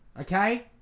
okay